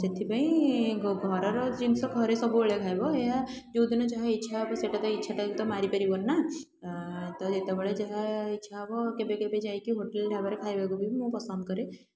ସେଇଥିପାଇଁ ଘରର ଜିନିଷ ଘରେ ସବୁବେଳେ ଖାଇବ ଏହା ଯେଉଁଦିନ ଯାହା ଇଚ୍ଛା ହେବ ସେଇଟା ତ ଇଚ୍ଛାଟାକୁ ତ ମାରି ପାରିବନିନା ତ ଯେତେବେଳେ ଯାହା ଇଚ୍ଛା ହେବ କେବେ କେବେ ଯାଇକି ହୋଟେଲ୍ ଢାବାରେ ଖାଇବାକୁ ବି ମୁଁ ପସନ୍ଦ କରେ